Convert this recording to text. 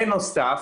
בנוסף,